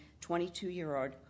22-year-old